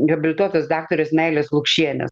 habilituotos daktarės meilės lukšienės